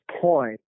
point